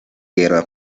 guerra